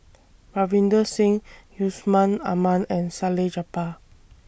Ravinder Singh Yusman Aman and Salleh Japar